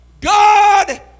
God